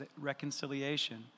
reconciliation